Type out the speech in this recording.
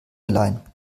allein